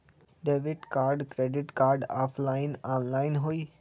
Debit card credit card offline online होई?